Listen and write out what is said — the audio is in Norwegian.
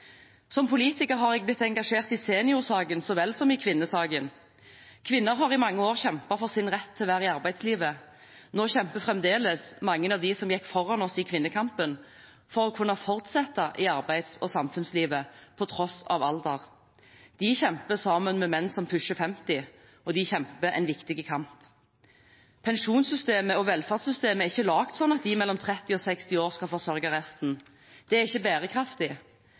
Som politiker har jeg blitt engasjert i seniorsaken, så vel som i kvinnesaken. Kvinner har i mange år kjempet for sin rett til å være i arbeidslivet. Nå kjemper mange av dem som gikk foran oss i kvinnekampen, for å kunne fortsette i arbeids- og samfunnslivet, på tross av alder. De kjemper sammen med «menn som pusher 50», og de kjemper en viktig kamp. Pensjonssystemet og velferdssystemet er ikke laget slik at de mellom 30 og 60 år skal forsørge resten. Det er ikke bærekraftig.